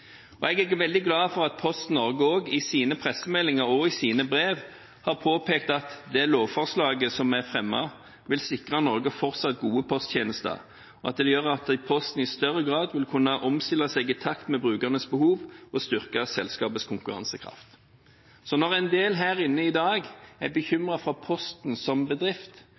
Jeg er glad for at Posten Norge i sine pressemeldinger og brev har påpekt at det lovforslaget som er fremmet, vil sikre Norge fortsatt gode posttjenester, og at det gjør at Posten i større grad vil kunne omstille seg i takt med brukernes behov og styrke selskapets konkurransekraft. Når noen her i dag er bekymret for Posten som bedrift,